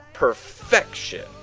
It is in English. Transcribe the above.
perfection